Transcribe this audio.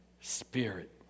spirit